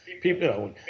people